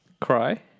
Cry